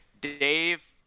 Dave